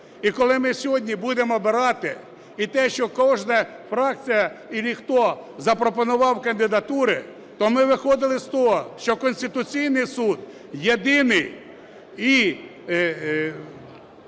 І коли ми сьогодні будемо обирати, і те, щоб кожна фракція чи хто запропонував кандидатури, то ми виходили з того, що Конституційний Суд, єдиний і